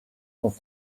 sont